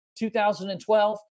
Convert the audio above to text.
2012